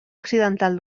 accidental